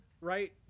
right